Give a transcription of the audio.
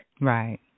Right